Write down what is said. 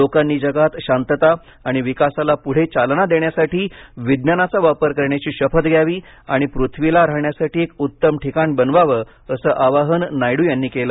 लोकांनी जगात शांतता आणि विकासाला पुढे चालना देण्यासाठी विज्ञानाचा वापर करण्याची शपथ घ्यावी आणि पृथ्वीला राहण्यासाठी एक उत्तम ठिकाण बनवावं असं आवाहन नायडू यांनी केलं